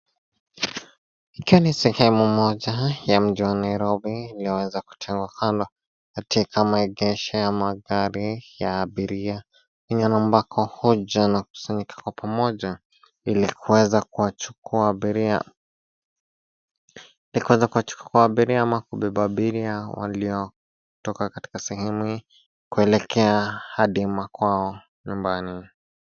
Hii ni sehemu moja ya mji wa nairobi liyoweza kutiwa ala katika maegesho ya magari ya abiria. Ile ambako huja na kusanyika kwa pamoja ili kuweza kuwachukua abiria ama kubeba abiria walio toka katika sehemu kuelekea hadi makwao nyumbani.